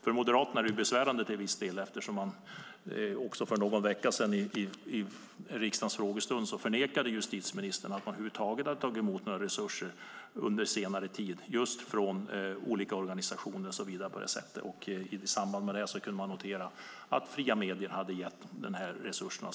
För Moderaterna är det besvärande eftersom justitieministern för någon vecka sedan i riksdagens frågestund förnekade att man under senare tid hade tagit emot några resurser från organisationer. I samband med det kunde man notera att Stiftelsen Fria Media hade gett dessa resurser.